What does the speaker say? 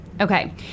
Okay